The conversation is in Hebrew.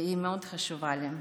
והיא מאוד חשובה לי: